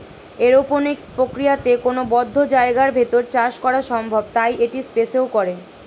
aeroponics প্রক্রিয়াতে কোনো বদ্ধ জায়গার ভেতর চাষ করা সম্ভব তাই এটি স্পেসেও করে